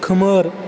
खोमोर